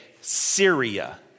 Syria